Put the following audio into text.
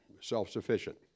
self-sufficient